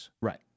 Right